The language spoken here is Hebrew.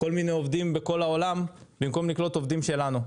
כל מיני עובדים בכל העולם במקום לקלוט עובדים שלנו.